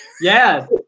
Yes